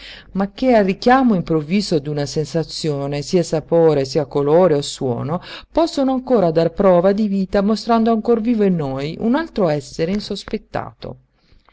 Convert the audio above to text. ma che al richiamo improvviso d'una sensazione sia sapore sia colore o suono possono ancora dar prova di vita mostrando ancor vivo in noi un altro essere insospettato